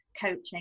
coaching